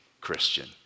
Christian